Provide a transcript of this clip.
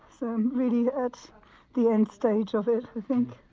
so really it's the end stage of it i think.